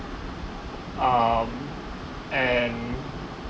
um and